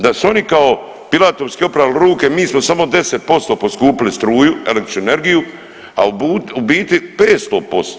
Da su oni kao pilatorski oprali ruke mi smo samo 10% poskupili struju, električnu energiju, a u biti 500%